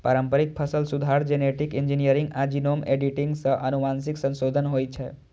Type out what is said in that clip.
पारंपरिक फसल सुधार, जेनेटिक इंजीनियरिंग आ जीनोम एडिटिंग सं आनुवंशिक संशोधन होइ छै